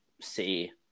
see